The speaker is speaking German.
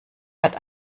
hat